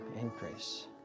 Increase